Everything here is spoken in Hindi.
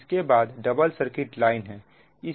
इसके बाद डबल सर्किट लाइन है